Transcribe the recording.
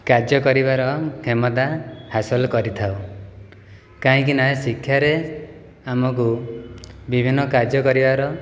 କାର୍ଯ୍ୟ କରିବାର କ୍ଷମତା ହାସଲ କରିଥାଉ କାହିଁକି ନା ଶିକ୍ଷାରେ ଆମକୁ ବିଭିନ୍ନ କାର୍ଯ୍ୟ କରିବାର